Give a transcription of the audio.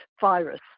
virus